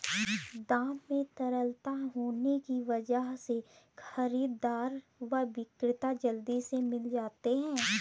दाम में तरलता होने की वजह से खरीददार व विक्रेता जल्दी से मिल जाते है